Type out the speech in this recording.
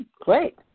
great